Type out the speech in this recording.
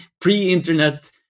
pre-internet